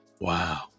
wow